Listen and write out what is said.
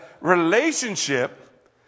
relationship